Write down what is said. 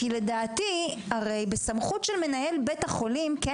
כי לדעתי הרי בסמכות של מנהל בית החולים כן